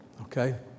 Okay